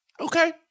okay